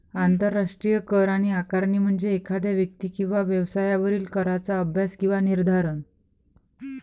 आंतरराष्ट्रीय कर आकारणी म्हणजे एखाद्या व्यक्ती किंवा व्यवसायावरील कराचा अभ्यास किंवा निर्धारण